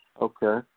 Okay